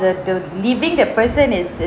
the the leaving that person is is